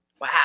Wow